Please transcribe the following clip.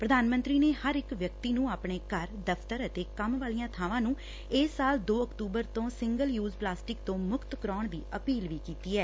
ਪ੍ਧਾਨ ਮੰਤਰੀ ਨੇ ਹਰ ਇਕ ਵਿਕਅਤੀ ਨੂੰ ਆਪਣੇ ਘਰ ਦਫ਼ਤਰ ਅਤੇ ਕੰਮ ਵਾਲੀਆਂ ਬਾਵਾਂ ਨੂੰ ਇਸ ਸਾਲ ਦੋ ਅਕਤੂਬਰ ਤੋਂ ਸਿੰਗਲ ਯੂਜ ਪਲਾਸਟਿਕ ਤੋਂ ਮੁਕਤ ਕਰਾਉਣ ਦੀ ਅਪੀਲ ਕੀਤੀ ਐ